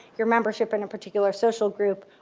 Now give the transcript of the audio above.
your membership in a particular social group,